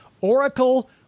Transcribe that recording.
Oracle